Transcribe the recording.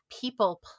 people